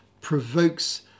provokes